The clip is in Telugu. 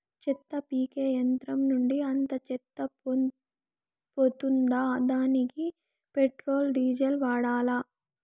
చెత్త పీకే యంత్రం నుండి అంతా చెత్త పోతుందా? దానికీ పెట్రోల్, డీజిల్ వాడాలా?